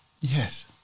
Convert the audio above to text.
Yes